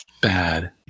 bad